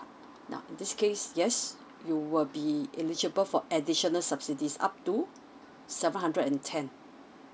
now in this case yes you will be eligible for additional subsidies up to seven hundred and ten